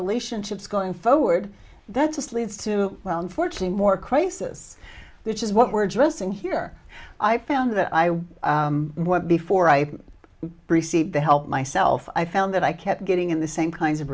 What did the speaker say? relationships going forward that just leads to well unfortunately more crisis which is what we're addressing here i found that i was before i received the help myself i found that i kept getting in the same kinds of